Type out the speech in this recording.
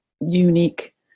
unique